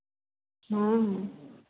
हाँ हाँ